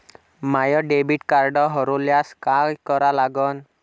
माय debit card हरोल्यास काय करा लागन?